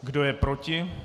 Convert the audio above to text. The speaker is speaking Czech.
Kdo je proti?